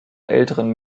älteren